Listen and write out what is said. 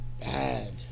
bad